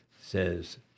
says